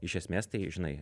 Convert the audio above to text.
iš esmės tai žinai